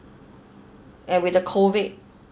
and with the COVID